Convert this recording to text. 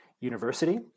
University